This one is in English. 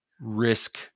risk